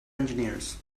engineers